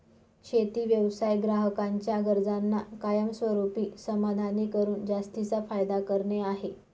शेती व्यवसाय ग्राहकांच्या गरजांना कायमस्वरूपी समाधानी करून जास्तीचा फायदा करणे आहे